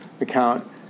account